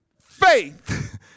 Faith